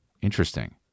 Interesting